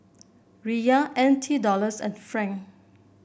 Riyal N T Dollars and Franc